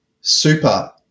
super